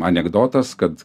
anekdotas kad